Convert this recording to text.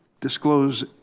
disclose